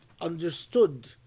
understood